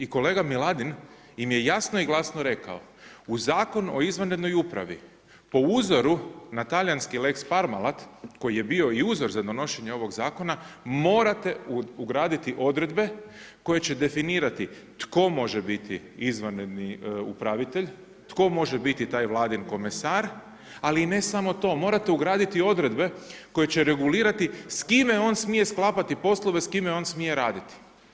I kolega Miladin im je jasno i glasno rekao, u Zakonu o izvanrednoj upravi po uzoru na talijanski lex Parmalat koji je bio i uzor za donošenje ovog zakona, morate ugraditi odredbe koji će definirati tko može biti izvanredni upravitelj, tko može biti taj Vladin komesar, ali i ne samo to, morate ugraditi odredbe koje će regulirati s kime on smije sklapati poslove, s kime on smije raditi.